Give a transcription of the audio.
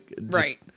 Right